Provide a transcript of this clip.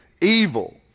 Evil